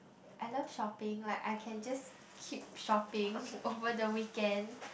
I love shopping like I can just keep shopping over the weekend